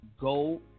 go